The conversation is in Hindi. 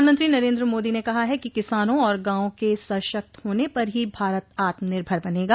प्रधानमंत्री नरेन्द्र मोदी ने कहा है कि किसानों और गांवों के सशक्त होने पर ही भारत आत्मनिर्भर बनेगा